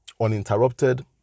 uninterrupted